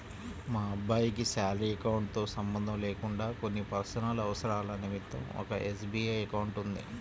మా అబ్బాయికి salary account తో సంబంధం లేకుండా కొన్ని పర్సనల్ అవసరాల నిమిత్తం ఒక ఎస్.బీ.ఐ అకౌంట్ ఉంది